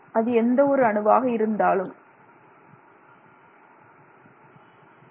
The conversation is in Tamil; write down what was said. அது எந்தவொரு அணுவாக இருந்தாலும் எதிர்வினை புரியும்